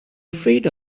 afraid